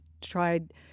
tried